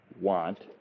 want